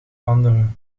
andere